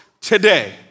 today